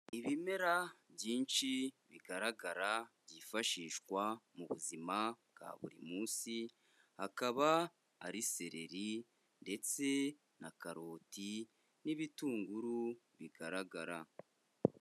Ibimera byinshi bigaragara byifashishwa mu buzima bwa buri munsi, akaba ari seleri ndetse na karoti n'ibitunguru bigaragara.